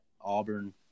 Auburn